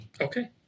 okay